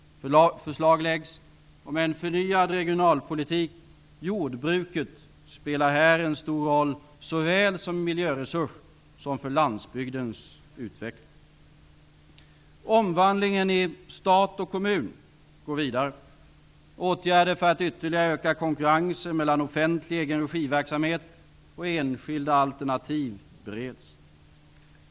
Förslag läggs fram om en förnyad regionalpolitik. Jordbruket spelar stor roll såväl som miljöresurs som för landsbygdens utveckling. Omvandlingen i stat och kommun går vidare. Åtgärder för att ytterligare öka konkurrensen mellan offentlig egenregiverksamhet och enskilda alternativ bereds.